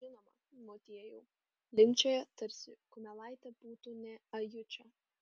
žinoma motiejau linkčioja tarsi kumelaitė būtų ne ajučio